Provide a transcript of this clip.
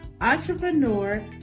entrepreneur